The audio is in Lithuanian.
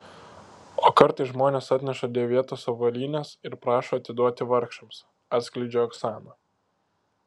o kartais žmonės atneša dėvėtos avalynės ir prašo atiduoti vargšams atskleidžia oksana